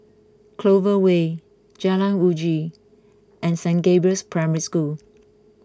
Clover Way Jalan Uji and Saint Gabriel's Primary School